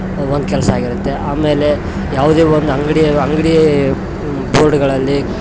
ಒಂದ್ ಕೆಲಸ ಆಗಿರತ್ತೆ ಆಮೇಲೆ ಯಾವುದೇ ಒಂದು ಅಂಗಡಿ ಅಂಗಡಿ ಬೋರ್ಡ್ಗಳಲ್ಲಿ